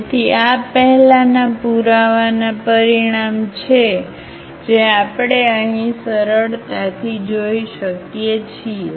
તેથી આ પહેલાનાં પુરાવાનાં પરિણામ છે જે આપણે અહીં સરળતાથી જોઈ શકીએ છીએ